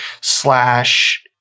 slash